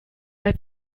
bei